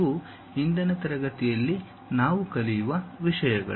ಇವು ಇಂದಿನ ತರಗತಿಯಲ್ಲಿ ನಾವು ಕಲಿಯುವ ವಿಷಯಗಳು